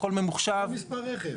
הכול ממוחשב,